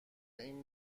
این